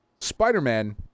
Spider-Man